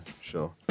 sure